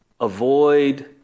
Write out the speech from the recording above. avoid